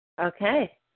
Okay